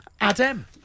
Adam